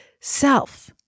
self